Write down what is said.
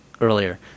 earlier